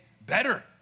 better